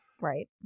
Right